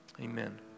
Amen